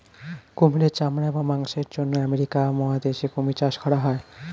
কুমিরের চামড়া এবং মাংসের জন্য আমেরিকা মহাদেশে কুমির চাষ করা হয়